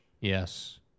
Yes